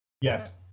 yes